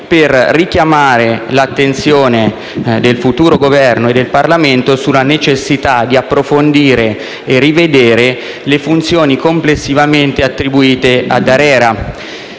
per richiamare l'attenzione del futuro Governo e del Parlamento sulla necessità di approfondire e rivedere le funzioni complessivamente attribuite all'ARERA.